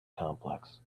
complex